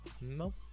No